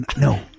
No